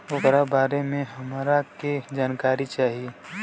ओकरा बारे मे हमरा के जानकारी चाही?